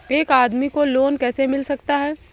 एक आदमी को लोन कैसे मिल सकता है?